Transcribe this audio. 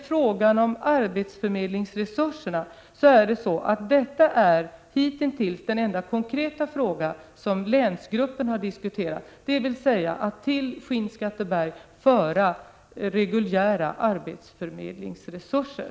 Frågan om arbetsförmedlingsresurser är hitintills den enda konkreta fråga som länsgruppen har diskuterat. Det handlar om att till Skinnskatteberg föra reguljära arbetsförmedlingsresurser.